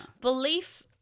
belief